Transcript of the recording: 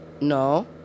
No